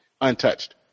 untouched